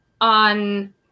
on